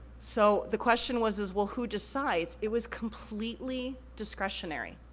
so, the question was, is, well, who decides? it was completely discretionary.